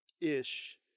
ish